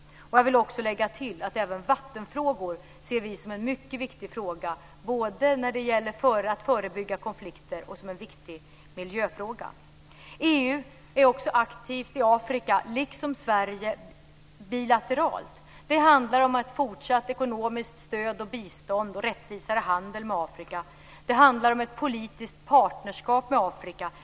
Jag vill också lägga till att vi ser även vattenfrågorna som mycket viktiga, både när det gäller att förebygga konflikter och som viktiga miljöfrågor. EU är också aktivt i Afrika, liksom Sverige, bilateralt. Det handlar om ett fortsatt ekonomiskt stöd och bistånd och rättvisare handel med Afrika. Det handlar om ett politiskt partnerskap med Afrika.